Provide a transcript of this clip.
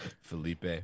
Felipe